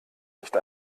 nicht